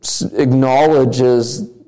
Acknowledges